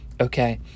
Okay